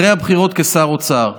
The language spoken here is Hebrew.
אחרי הבחירות, כשר האוצר.